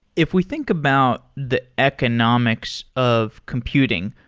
if we think about the economics of computing,